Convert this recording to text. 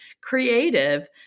creative